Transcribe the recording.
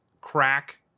crack